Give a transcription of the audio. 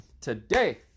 today